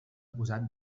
posat